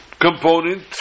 component